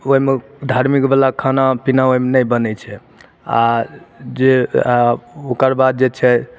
ओइमे धार्मिकवला खाना पीना ओइमे नहि बनय छै आओर जे आओर ओकरबाद जे छै